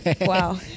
Wow